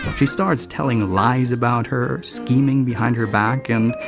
but she starts telling lies about her, scheming behind her back and.